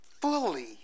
fully